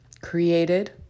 created